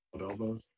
elbows